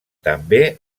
també